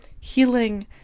healing